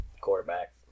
quarterback